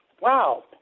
Wow